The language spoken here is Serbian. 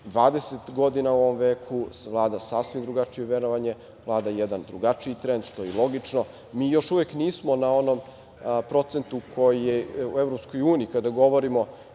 20 godina u ovom veku vlada sasvim drugačije verovanje, vlada jedan drugačiji trend, što je i logično. Mi još uvek nismo na onom procentu koji je u EU kada govorimo